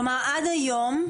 כלומר, עד היום,